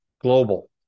Global